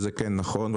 זה כן נכון,